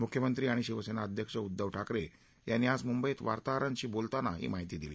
मुख्यमंत्री आणि शिवसेना अध्यक्ष उद्धव ठाकरे यांनी आज मुंबईत वार्ताहरांशी बोलताना ही माहिती दिली